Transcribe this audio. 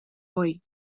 buey